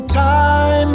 time